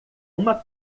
uma